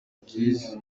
keys